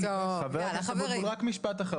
חבר הכנסת אבוטבול, רק משפט אחרון.